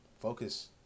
Focus